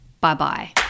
Bye-bye